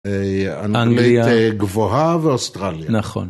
-אנגליה. -אנגלית גבוהה ואוסטרליה -נכון.